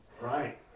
Right